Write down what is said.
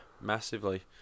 massively